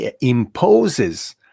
imposes